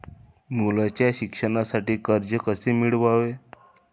मुलाच्या शिक्षणासाठी कर्ज कसे मिळवावे?